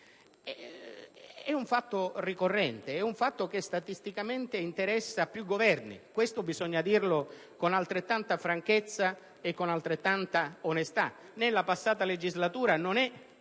è un fatto ricorrente, è un fatto che statisticamente interessa più Governi, bisogna dirlo con altrettanta franchezza ed onestà: nella passata legislatura, il